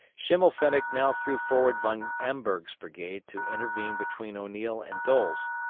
schimmelpfennig now threw forward von amberg's brigade to intervene between o'neill and doles,